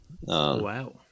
Wow